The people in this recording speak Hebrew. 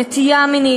נטייה מינית,